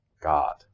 God